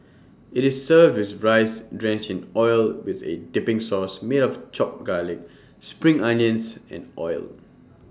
IT is served with rice drenched in oil with A dipping sauce made of chopped garlic spring onions and oil